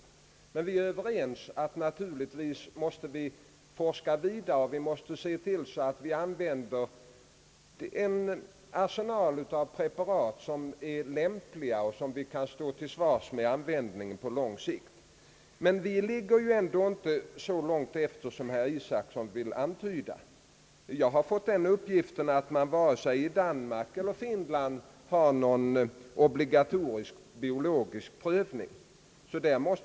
Vi är emellertid överens om att det krävs vidare forskning på detta område samt att vi måste använda en arsenal av preparat som är lämplig, för vars användning vi kan stå till svars på lång sikt. Däremot ligger vi inte så långt efter andra länder på detta område, som herr Isacson vill antyda. Jag har fått den uppgiften att man varken i Danmark eller Finland har någon obligatorisk biologisk prövning av preparat.